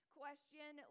question